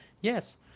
yes